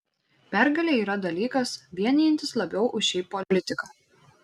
pergalė yra dalykas vienijantis labiau už šiaip politiką